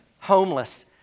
homeless